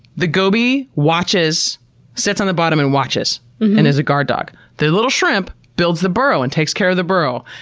the goby sits on the bottom and watches and is a guard dog. the little shrimp builds the burrow and takes care of the burrow,